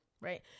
Right